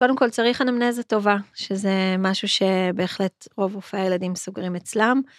קודם כול צריך אנמנזה טובה, שזה משהו שבהחלט רוב רופאי הילדים סוגרים אצלם.